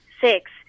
six